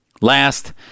Last